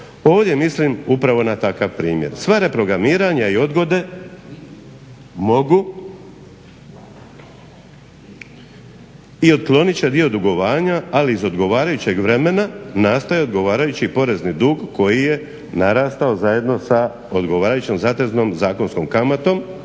je mislim upravo na takav primjer. Sva reprogramiranja i odgode mogu i otklonit će dio dugovanja, ali iz odgovarajućeg vremena nastajao je odgovarajući porezni dug koji je narastao zajedno sa odgovarajućom zateznom zakonskom kamatom